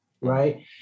right